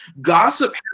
Gossip